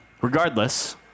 regardless